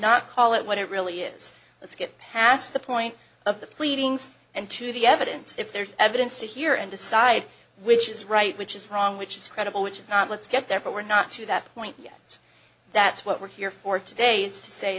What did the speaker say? not call it what it really is let's get past the point of the pleadings and to the evidence if there's evidence to hear and decide which is right which is wrong which is credible which is not let's get there but we're not to that point yet that's what we're here for today's to say